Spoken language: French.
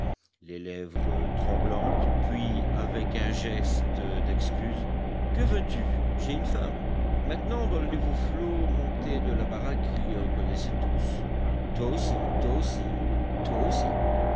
les lèvres tremblantes puis avec un geste d'excuse que veux-tu j'ai une femme maintenant dans le nouveau flot monté de la baraque il les reconnaissait tous toi aussi toi aussi toi aussi